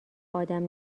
آدم